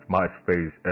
MySpace